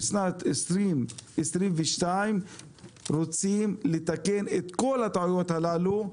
בשנת 2022 רוצים לתקן את כל הטעויות הללו.